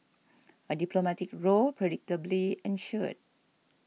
a diplomatic row predictably ensued